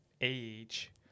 age